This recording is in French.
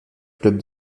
clubs